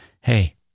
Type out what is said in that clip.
Hey